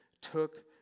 took